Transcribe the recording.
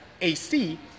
AC